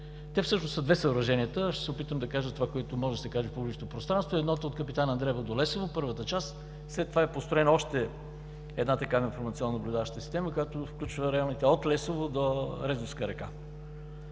Те всъщност са две съоръженията, ще се опитам да кажа това, което може да се каже в публичното пространство. Едното е от Капитан Андреево до Лесово – първата част. След това е построена още една такава информационна наблюдаваща система, която включва районите от Лесово до Резовска река.